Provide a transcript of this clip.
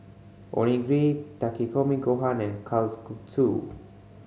Onigiri Takikomi Gohan and Kalguksu